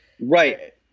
Right